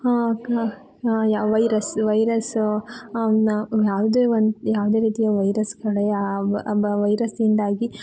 ಯಾ virus virus ಯಾವುದೇ ಒಂದು ಯಾವುದೇ ರೀತಿಯ ವೈರಸ್ಗಳು ಯಾವ ವ ವೈರಸ್ಸಿಂದಾಗಿ